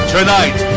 Tonight